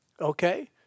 Okay